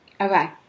Okay